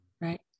right